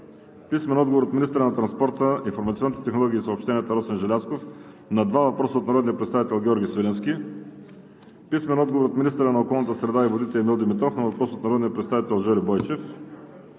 Бъчварова; - от министъра на транспорта, информационните технологии и съобщенията Росен Желязков на два въпроса от народния представител Георги Свиленски; - от министъра на околната среда и водите Емил Димитров на въпрос от народния представител Жельо Бойчев;